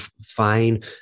fine